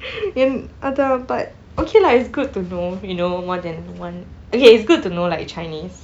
but okay lah it's good to know you know more than one okay it's good to know like chinese